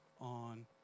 on